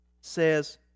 says